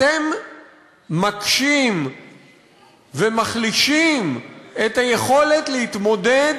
אתם מקשים ומחלישים את היכולת להתמודד